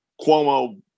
Cuomo